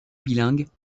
bilingues